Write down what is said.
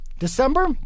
December